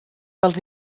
dels